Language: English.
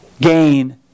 gain